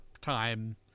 time